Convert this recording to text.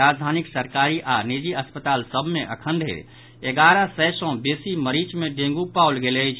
राजधानीक सरकारी आ निजी अस्पताल सभ मे एखन धरि एगारह सय सँ बेसी मरीज सभ मे डेंगू पाओल गेल अछि